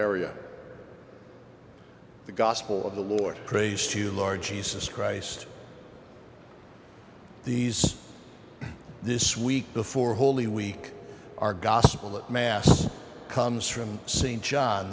area the gospel of the lord praise to large jesus christ these this week before holy week are gospel that mass comes from saint john